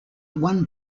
one